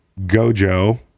Gojo